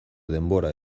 denbora